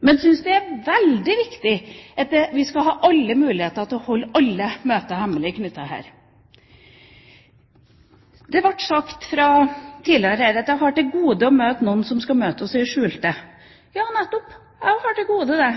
men som syns det er veldig viktig at vi skal ha mulighet til å holde alle møter hemmelig, knyttet til dette. Det ble sagt tidligere her: Jeg har til gode å møte noen som skal møte oss i det skjulte. Jeg har også til gode det.